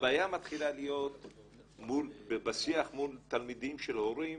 הבעיה מתחילה להיות בשיח מול תלמידים של הורים